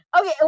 Okay